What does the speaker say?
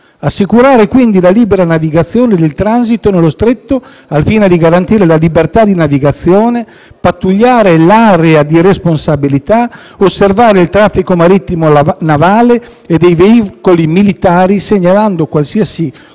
assicurare quindi la libera navigazione ed il transito nello Stretto al fine di garantire la libertà di navigazione, pattugliare l'area di responsabilità, osservare il traffico marittimo navale e dei veicoli militari, segnalando qualsiasi